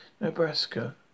nebraska